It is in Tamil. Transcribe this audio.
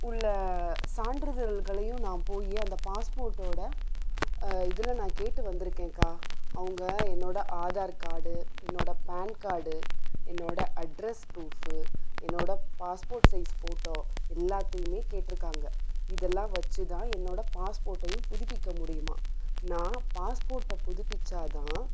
உள்ள சான்றிதழ்களையும் நான் போய் அந்த பாஸ்போர்ட்டோடய இதில் நான் கேட்டு வந்திருக்கேன்க்கா அவங்க என்னோடய ஆதார் கார்டு என்னோடய பேன் கார்டு என்னோடய அட்ரெஸ் ப்ரூஃபு என்னோடய பாஸ்போர்ட் சைஸ் ஃபோட்டோ எல்லாத்தையுமே கேட்டிருக்காங்க இதெல்லாம் வச்சு தான் என்னோடய பாஸ்போர்ட்டையும் புதுப்பிக்க முடியுமா நான் பாஸ்ப்போர்ட்டை புதுப்பிச்சால்தான்